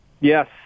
Yes